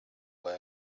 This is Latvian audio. lai